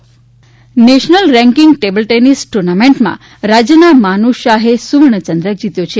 table tennis national ranking table tennis ટુર્નામેન્ટમાં રાજ્યના માનુષ શાહે સુવર્ણચંદ્રક જીત્યો છે